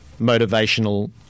motivational